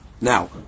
Now